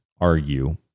argue